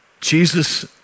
Jesus